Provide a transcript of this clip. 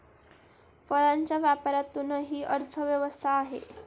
फळांच्या व्यापारातूनही अर्थव्यवस्था आहे